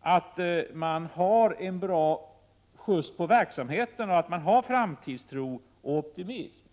att de har en bra skjuts på verksamheten och att de kan hysa framtidstro och optimism.